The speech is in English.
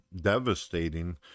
devastating